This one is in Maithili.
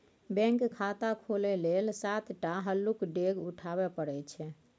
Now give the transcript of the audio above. बैंक खाता खोलय लेल सात टा हल्लुक डेग उठाबे परय छै